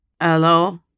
Hello